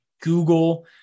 Google